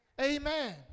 Amen